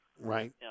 right